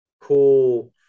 cool